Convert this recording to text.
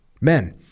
men